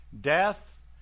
death